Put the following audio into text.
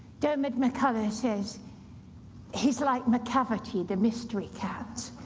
diarmaid macculloch says he's like macavity the mystery cat.